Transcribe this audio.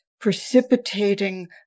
Precipitating